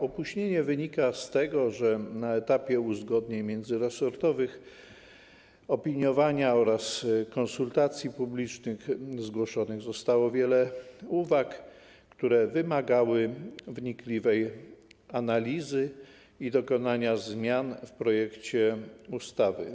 Opóźnienie wynika z tego, że na etapie uzgodnień międzyresortowych, opiniowania oraz konsultacji publicznych zgłoszonych zostało wiele uwag, które wymagały wnikliwej analizy i dokonania zmian w projekcie ustawy.